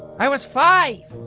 i was five!